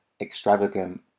extravagant